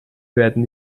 werden